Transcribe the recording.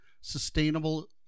sustainable